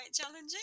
challenging